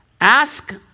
Ask